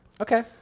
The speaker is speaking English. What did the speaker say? Okay